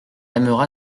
aimera